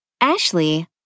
Ashley